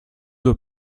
aux